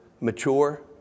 mature